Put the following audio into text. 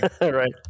Right